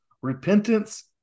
Repentance